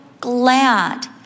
glad